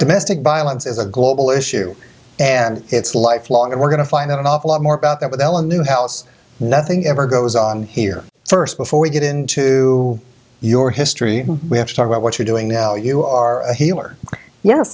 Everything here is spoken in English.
domestic violence is a global issue and it's lifelong and we're going to find out an awful lot more about that with helen newhouse nothing ever goes on here first before we get into your history we have to talk about what you're doing now you are a healer ye